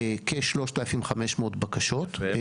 כ-3,500 בקשות.